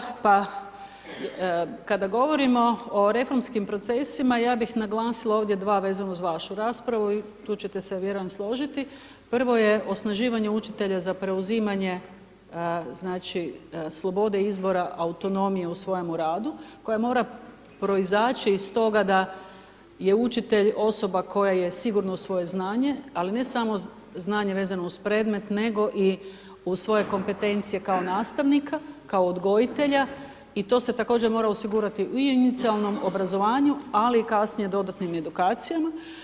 Hvala lijepo, kada govorimo o reformskim procesima, ja bi naglasila ovdje 2 vezano uz vašu raspravu i tu ćete se vjerojatno složiti, prvo je osnaživanje učitelja za preuzimanje slobode izbora autonomije u svojemu radu, koja mora proizaći iz toga da je učitelj osoba koja je sigurna u svoje znanje, ali ne samo znanje vezano uz predmet nego i svoje kompetencije, kao nastavnika, kao odgojitelja i to se također mora osigurati i u inicijalnom obrazovanju ali i kasnije u dodatnim edukacijama.